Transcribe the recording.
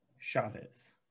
Chavez